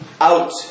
out